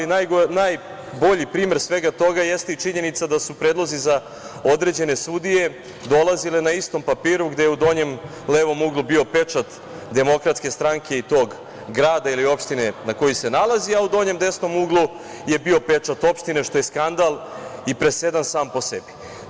Najbolji primer svega toga jeste i činjenica da su predlozi za određene sudije dolazile na istom papiru gde je u donjem levom uglu bio pečat DS i tog grada ili opštine na koji se nalazi, a u donjem desnom uglu je bio pečat opštine što je skandal i presedan sam po sebi.